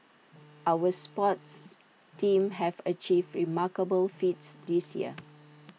our sports teams have achieved remarkable feats this year